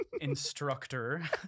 instructor